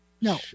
no